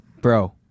bro